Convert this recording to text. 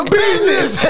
business